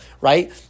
right